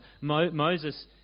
Moses